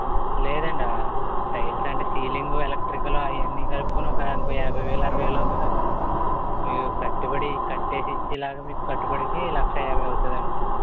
లేదండీ ఆ టైల్స్ అంటే సీలింగు ఎలక్ట్రికల్ అవన్నీ కలుపుకొని ఒక ఇంకో యాభై వేలు అరవై వేలు అవుతుంది అండి మీరు కట్టుబడి కట్టేసిచ్చేలాగా మీకు కట్టుబడికి లక్షా యాభై అవుతుంది అండి